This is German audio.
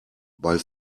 bei